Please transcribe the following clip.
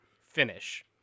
finish